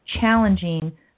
challenging